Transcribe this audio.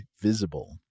Visible